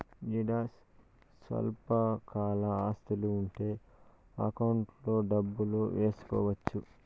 ఈడ స్వల్పకాల ఆస్తులు ఉంటే అకౌంట్లో డబ్బులు వేసుకోవచ్చు